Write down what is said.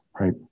right